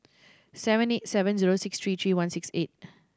seven eight seven zero six three three one six eight